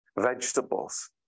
Vegetables